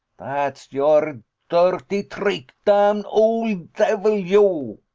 dat's your dirty trick, damn ole davil, you!